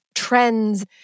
Trends